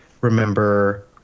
remember